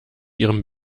ihrem